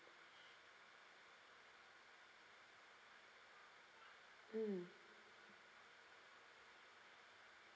hmm